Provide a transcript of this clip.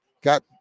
got